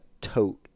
tote